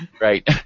right